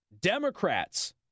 Democrats